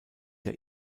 der